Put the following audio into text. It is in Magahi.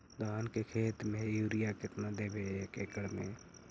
धान के खेत में युरिया केतना देबै एक एकड़ में?